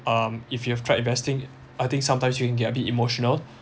um if you've tried investing I think sometimes you can get a bit emotional